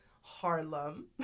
Harlem